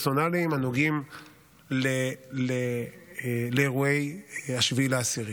פרסונליים הנוגעים לאירועי 7 באוקטובר.